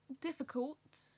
difficult